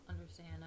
understand